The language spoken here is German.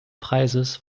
preises